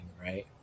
right